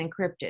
encrypted